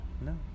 No